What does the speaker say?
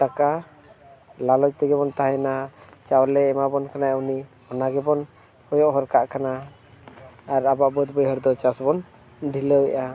ᱴᱟᱠᱟ ᱞᱟᱞᱚᱪ ᱛᱮᱜᱮ ᱵᱚᱱ ᱛᱟᱦᱮᱸᱭᱮᱱᱟ ᱪᱟᱣᱞᱮ ᱮᱢᱟᱵᱚᱱ ᱠᱟᱱᱟᱭ ᱩᱱᱤ ᱚᱱᱟ ᱜᱮᱵᱚᱱ ᱠᱚᱭᱚᱜ ᱦᱚᱨ ᱠᱟᱜ ᱠᱟᱱᱟ ᱟᱨ ᱟᱵᱚᱣᱟᱜ ᱵᱟᱹᱫᱽ ᱵᱟᱹᱭᱦᱟᱹᱲ ᱫᱚ ᱪᱟᱥ ᱵᱚᱱ ᱰᱷᱤᱞᱟᱹᱣᱮᱜᱼᱟ